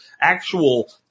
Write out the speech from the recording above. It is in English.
actual